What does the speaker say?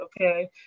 okay